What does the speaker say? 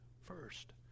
first